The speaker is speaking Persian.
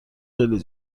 خیلی